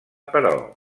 però